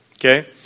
Okay